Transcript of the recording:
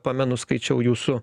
pamenu skaičiau jūsų